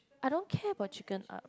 I don't care about chicken up